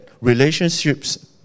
relationships